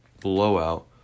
blowout